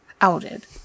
outed